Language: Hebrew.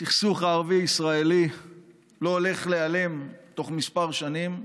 הסכסוך הערבי ישראלי לא הולך להיעלם בתוך כמה שנים,